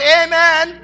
amen